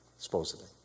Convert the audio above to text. Supposedly